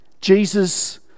Jesus